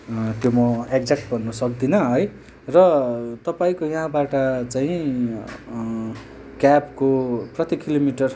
त्यो म एक्ज्याट भन्न सक्दिनँ है र तपाईँको यहाँबाट चाहिँ क्याबको कति किलोमिटर